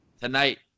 tonight